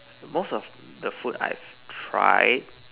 most of the food that I have tried